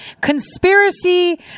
Conspiracy